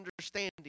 understanding